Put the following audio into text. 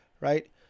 right